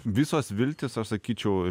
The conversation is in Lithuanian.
visos viltys aš sakyčiau